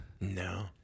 No